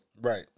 Right